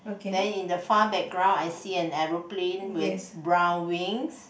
then in the far background I see an aeroplane with brown wings